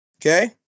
Okay